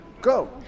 Go